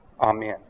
Amen